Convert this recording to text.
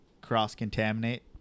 cross-contaminate